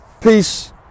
Peace